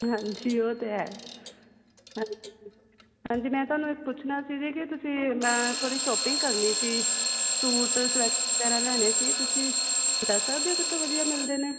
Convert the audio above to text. ਹਾਂਜੀ ਉਹ ਤਾਂ ਹੈ ਹਾਂਜੀ ਹਾਂਜੀ ਮੈਂ ਤੁਹਾਨੂੰ ਇਹ ਪੁੱਛਣਾ ਸੀ ਜੀ ਕਿ ਤੁਸੀਂ ਮੈਂ ਥੋੜ੍ਹੀ ਸ਼ੋਪਿੰਗ ਕਰਨੀ ਸੀ ਸੂਟ ਸਵੈਟਰ ਵਗੈਰਾ ਲੈਣੇ ਸੀ ਤੁਸੀਂ ਦੱਸ ਸਕਦੇ ਹੋ ਕਿੱਥੋਂ ਵਧੀਆ ਮਿਲਦੇ ਨੇ